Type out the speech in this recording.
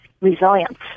resilience